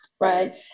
right